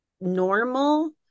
normal